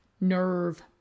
nerve